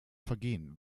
vergehen